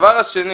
הדבר השני